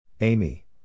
Amy